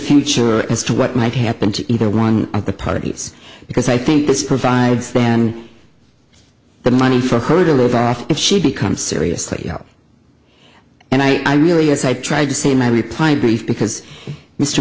future as to what might happen to either one of the parties because i think this provides than the money for her to live off if she become seriously ill and i really as i tried to say my reply brief because mr